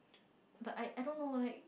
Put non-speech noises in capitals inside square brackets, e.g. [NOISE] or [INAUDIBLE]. [NOISE] but I I don't know like